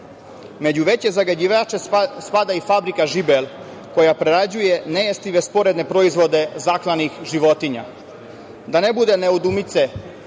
veće zagađivače spada i fabrika „Žibel“ koja prerađuje nejestive sporedne proizvode zaklanih životinja. Da ne bude nedoumice,